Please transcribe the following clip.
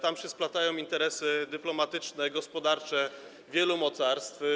Tam się splatają interesy dyplomatyczne, gospodarcze wielu mocarstw.